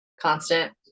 constant